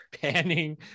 Panning